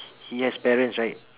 he has parents right